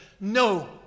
No